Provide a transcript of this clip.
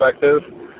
perspective